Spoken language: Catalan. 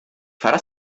farà